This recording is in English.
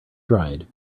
dried